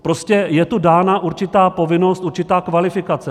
Prostě je tu dána určitá povinnost, určitá kvalifikace.